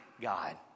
God